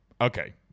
Okay